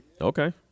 Okay